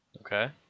Okay